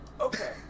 Okay